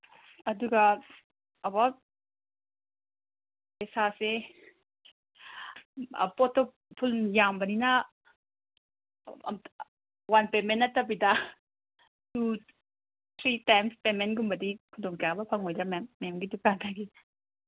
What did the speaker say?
ꯑꯗꯨꯒ ꯑꯕꯥꯎꯠ ꯄꯩꯁꯥꯁꯦ ꯄꯣꯠꯇꯣ ꯐꯨꯜ ꯌꯥꯝꯕꯅꯤꯅ ꯋꯥꯟ ꯄꯦꯃꯦꯟ ꯅꯠꯇꯕꯤꯗ ꯇꯨ ꯊ꯭ꯔꯤ ꯇꯥꯏꯝꯁ ꯄꯦꯃꯦꯟꯒꯨꯝꯕꯗꯤ ꯈꯨꯗꯣꯡꯆꯥꯕ ꯐꯪꯉꯣꯏꯗ꯭ꯔꯥ ꯃꯦꯝ ꯃꯦꯝꯒꯤ ꯗꯨꯀꯥꯟꯗꯗꯤ